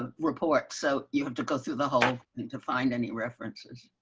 um report. so you have to go through the whole and to find any references.